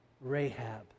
Rahab